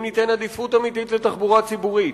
אם ניתן עדיפות לאומית לתחבורה ציבורית,